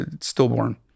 stillborn